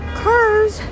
cars